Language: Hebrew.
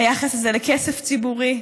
היחס הזה לכסף ציבורי?